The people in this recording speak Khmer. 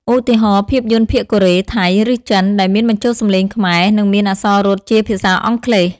ឧទាហរណ៍ ភាពយន្តភាគកូរ៉េ ថៃ ឬចិន ដែលមានបញ្ចូលសំឡេងខ្មែរ និងមានអក្សររត់ជាភាសាអង់គ្លេស។